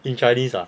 in chinese ah